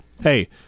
Hey